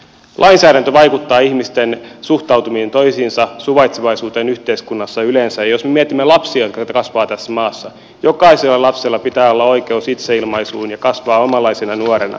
lainsäädäntö vaikuttaa ihmisten suhtautumiseen toisiinsa suvaitsevaisuuteen yhteiskunnassa yleensä ja jos me mietimme lapsia jotka kasvavat tässä maassa jokaisella lapsella pitää olla oikeus itseilmaisuun ja kasvaa omanlaisenaan nuorena